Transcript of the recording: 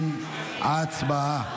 60. הצבעה.